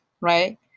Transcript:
right